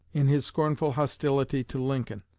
in his scornful hostility to lincoln,